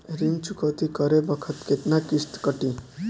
ऋण चुकौती करे बखत केतना किस्त कटी?